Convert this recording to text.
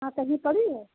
हाँ कहीं पड़ी है